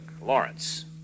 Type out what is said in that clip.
Lawrence